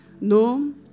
no